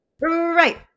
Right